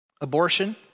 Abortion